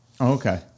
Okay